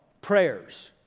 prayers